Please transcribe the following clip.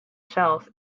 shelf